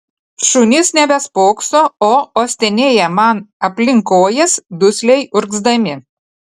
šunys nebespokso o uostinėja man aplink kojas dusliai urgzdami